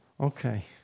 Okay